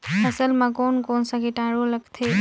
फसल मा कोन कोन सा कीटाणु लगथे?